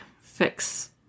fix